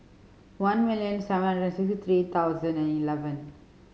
one million seven hundred sixty three thousand and eleven